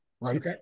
right